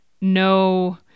no